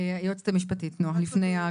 היועצת המשפטית, נעה.